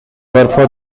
برفا